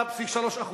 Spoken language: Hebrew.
23.3%,